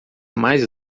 mais